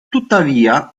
tuttavia